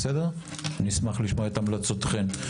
אני אשמח לשמוע את המלצותיכם.